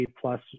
plus